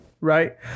right